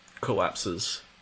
collapses